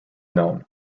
known